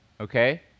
okay